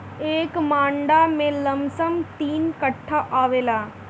एक मंडा में लमसम तीन कट्ठा आवेला